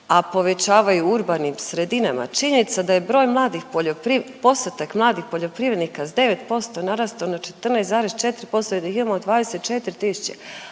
a povećavaju u urbanim sredinama, činjenica da je broj mladih postotak mladih poljoprivrednika s 9% narastao na 14,4% i da ih imamo 24